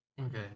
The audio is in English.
Okay